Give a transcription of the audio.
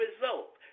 result